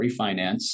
refinance